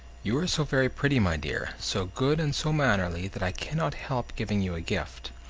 you are so very pretty, my dear, so good and so mannerly, that i cannot help giving you a gift.